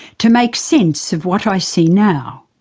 to make sense of what i see now.